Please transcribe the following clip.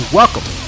welcome